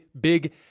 big